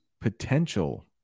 potential